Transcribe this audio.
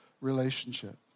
relationship